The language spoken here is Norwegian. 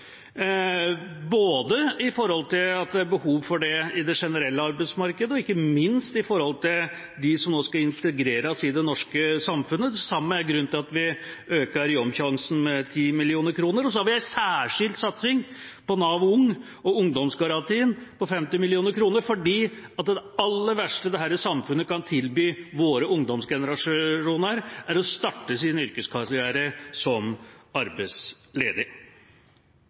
både på grunn av at det er behov for det i det generelle arbeidsmarkedet, og ikke minst på grunn av dem som nå skal integreres i det norske samfunnet. Det samme er grunnen til at vi øker Jobbsjansen med 10 mill. kr. Vi har også en særskilt satsing på Nav Ung og ungdomsgarantien, på 50 mill. kr, fordi det aller verste dette samfunnet kan tilby våre ungdomsgenerasjoner, er å starte sin yrkeskarriere som arbeidsledig.